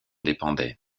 dépendait